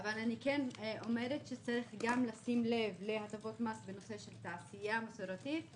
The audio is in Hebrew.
אבל אני כן אומרת שצריך גם לשים לב להטבות מס בנושא של תעשייה מסורתית,